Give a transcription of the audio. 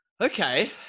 okay